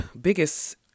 biggest